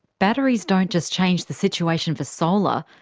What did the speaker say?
batteries don't just change the situation for solar,